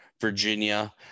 Virginia